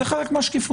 זה חלק מהשקיפות.